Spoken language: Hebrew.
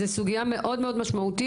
זו סוגיה משמעותית,